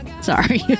Sorry